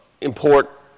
import